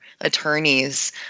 attorneys